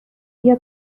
بیا